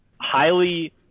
highly